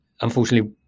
unfortunately